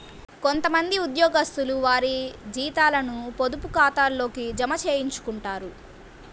కొంత మంది ఉద్యోగస్తులు వారి జీతాలను పొదుపు ఖాతాల్లోకే జమ చేయించుకుంటారు